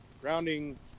Grounding